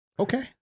okay